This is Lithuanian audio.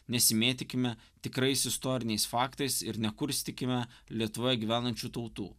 nesimėtykime tikrais istoriniais faktais ir nekurstykime lietuvoje gyvenančių tautų